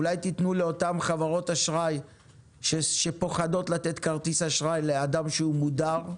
אולי תיתנו לאותן חברות אשראי שפוחדות לתת כרטיס אשראי לאדם שהוא מודר,